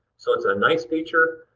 so it's a nice feature.